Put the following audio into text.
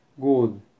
good